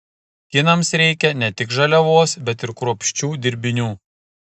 kinams reikia ne tik žaliavos bet ir kruopščių dirbinių